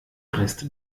rest